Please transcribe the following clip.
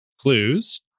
clues